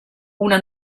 una